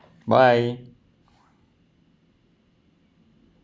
bye